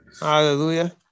Hallelujah